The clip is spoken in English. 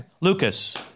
Lucas